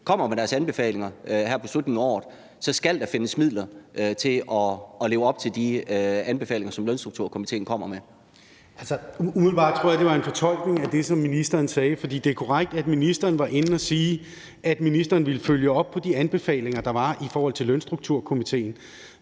kommer med sine anbefalinger her i slutningen af året, så skal findes midler til at leve op til dem. Kl. 16:04 Henrik Møller (S): Altså, umiddelbart tror jeg, det var en fortolkning af det, som ministeren sagde. For det er korrekt, at ministeren var inde at sige, at ministeren ville følge op på de anbefalinger, der var i forhold til Lønstrukturkomitéen,